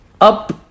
Up